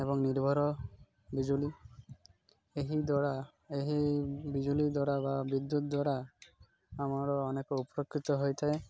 ଏବଂ ନିର୍ଭର ବିଜୁଳି ଏହି ଦ୍ୱାରା ଏହି ବିଜୁଳି ଦ୍ୱାରା ବା ବିଦ୍ୟୁତ୍ ଦ୍ୱାରା ଆମର ଅନେକ ଉପକୃତ ହୋଇଥାଏ